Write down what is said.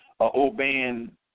obeying